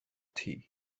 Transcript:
tea